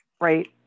right